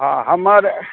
आ हमर